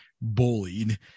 bullied